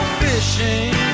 fishing